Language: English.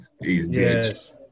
Yes